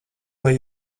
lai